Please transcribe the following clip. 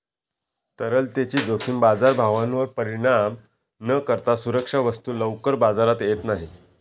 तरलतेची जोखीम बाजारभावावर परिणाम न करता सुरक्षा वस्तू लवकर बाजारात येत नाही